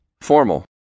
formal